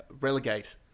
relegate